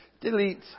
delete